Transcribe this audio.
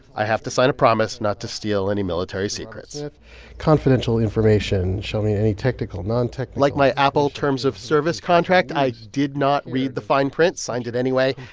i have to sign a promise not to steal any military secrets confidential information. show me any technical, non-technical like my apple terms of service contract, i did not read the fine print, signed it anyway.